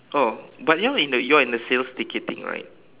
oh but you are in the you are in the sales ticketing right